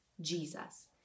Jesus